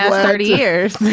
ah thirty years.